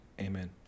Amen